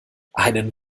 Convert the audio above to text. einen